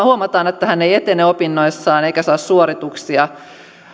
huomataan että opiskelija ei etene opinnoissaan eikä saa suorituksia